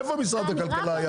איפה משרד הכלכלה היה?